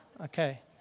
Okay